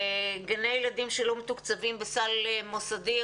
גני הילדים שלא מתוקצבים בסל מוסדי.